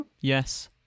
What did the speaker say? Yes